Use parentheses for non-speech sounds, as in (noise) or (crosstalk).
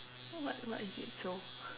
what what is it so (laughs)